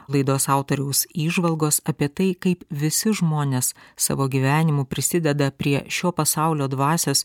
laidos autoriaus įžvalgos apie tai kaip visi žmonės savo gyvenimu prisideda prie šio pasaulio dvasios